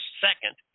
second